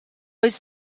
oes